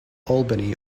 albany